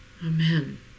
Amen